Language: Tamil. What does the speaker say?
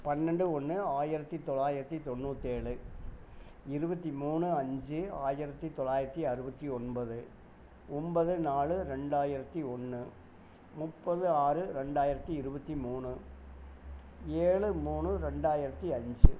பன்னெண்டு ஒன்று ஆயிரத்தி தொள்ளாயிரத்தி தொண்ணூற்றேழு இருபத்தி மூணு அஞ்சு ஆயிரத்தி தொள்ளாயிரத்தி அறுபத்தி ஒன்பது ஒன்பது நாலு ரெண்டாயிரத்தி ஒன்று முப்பது ஆறு ரெண்டாயிரத்தி இருபத்தி மூணு ஏழு மூணு ரெண்டாயிரத்தி அஞ்சு